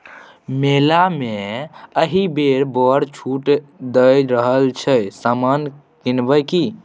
मेला मे एहिबेर बड़ छूट दए रहल छै समान किनब कि?